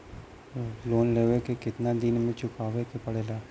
Loan लेवे के कितना दिन मे चुकावे के पड़ेला?